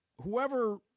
whoever